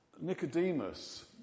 Nicodemus